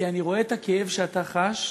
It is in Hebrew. כי אני רואה את הכאב שאתה חש,